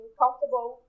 comfortable